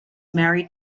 married